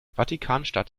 vatikanstadt